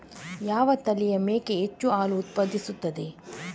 ಯಾವ ತಳಿಯ ಮೇಕೆ ಹೆಚ್ಚು ಹಾಲು ಉತ್ಪಾದಿಸುತ್ತದೆ?